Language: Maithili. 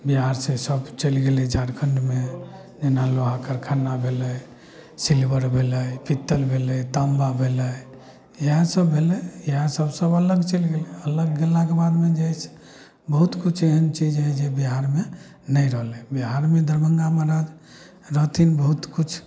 बिहारसँ सब चलि गेलइ झारखण्डमे जेना लोहा करखाना भेलइ सील्वर भेलय पीत्तल भेलै ताँबा भेलय इएह सब भेलय इएह सब सब अलग चलि गेलय अलग गेलाके बादमे जे हइसे बहुत किछु एहन चीज हइ जे बिहारमे नहि रहलइ बिहारमे दरभंगा महाराज रहथिन बहुत किछु